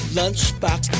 lunchbox